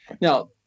Now